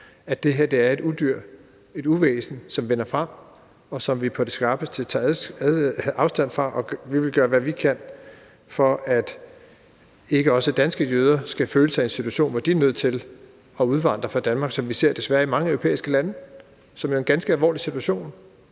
at det her er et udyr, et uvæsen, som vinder frem, og som vi på det skarpeste tager afstand fra. Vi vil gøre, hvad vi kan, for at danske jøder ikke også skal føle sig i en situation, hvor de er nødt til at udvandre fra Danmark, som vi desværre ser i mange europæiske lande, og som jo er en ganske alvorlig situation,